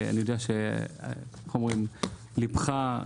אני יודע שאומרים ליבך,